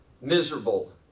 miserable